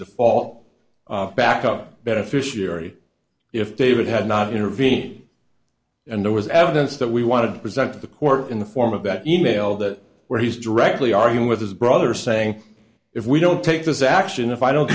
default backup beneficiary if david had not intervened and there was evidence that we want to present to the court in the form of that e mail that where he's directly arguing with his brother saying if we don't take this action if i don't